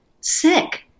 sick